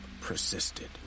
persisted